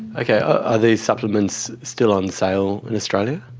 okay, are these supplements still on sale in australia?